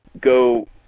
go